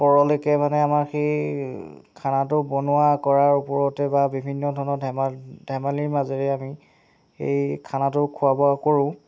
পৰলৈকে মানে আমাৰ সেই খানাটো বনোঁৱা কৰাৰ ওপৰতে বা বিভিন্ন ধৰণৰ ধেমালী ধেমালীৰ মাজেৰে আমি এই খানাটো খোৱা বোৱা কৰোঁ